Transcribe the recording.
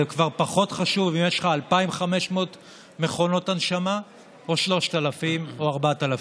זה כבר פחות חשוב אם יש לך 2,500 מכונות הנשמה או 3,000 או 4,000,